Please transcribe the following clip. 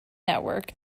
network